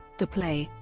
the play,